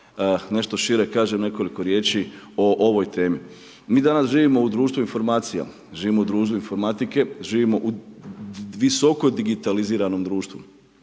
nešto šire kažem nekoliko riječi o ovoj temi. Mi danas živimo u društvu informacija, živimo u društvu informatike, živimo u visoko digitaliziranom društvu.